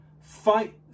Fight